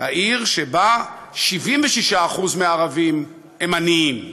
העיר שבה 76% מהערבים הם עניים,